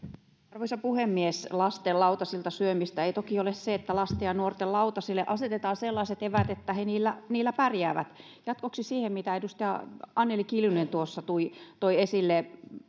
arvoisa puhemies lasten lautasilta syömistä ei toki ole se että lasten ja nuorten lautasille asetetaan sellaiset eväät että he niillä niillä pärjäävät jatkoksi siihen mitä edustaja anneli kiljunen tuossa toi esille